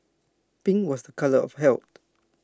pink was A colour of health